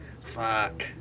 Fuck